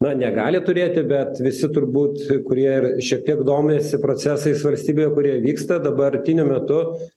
na negali turėti bet visi turbūt kurie ir šiek tiek domisi procesais valstybėje kurioje vyksta dabartiniu metu